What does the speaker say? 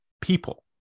people